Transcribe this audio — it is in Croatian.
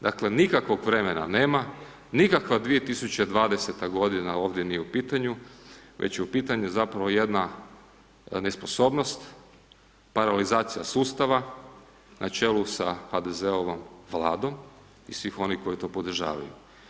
Dakle nikakvog vremena nema, nikakva 2020. godine ovdje nije u pitanju već je u pitanju zapravo jedna nesposobnost, paralizacija sustava na čelu sa HDZ-ovom Vladom i svih onih koji to podržavaju.